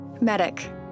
medic